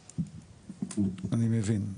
אוקיי, אני מבין.